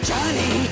Johnny